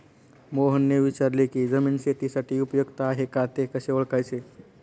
मोहनने विचारले की जमीन शेतीसाठी उपयुक्त आहे का ते कसे ओळखायचे?